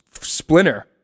Splinter